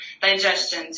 digestion